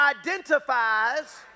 identifies